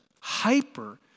hyper